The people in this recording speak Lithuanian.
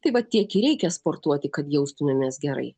tai va tiek ir reikia sportuoti kad jaustumėmės gerai